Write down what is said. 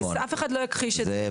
אף אחד לא יכחיש את זה.